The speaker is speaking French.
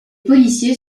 policiers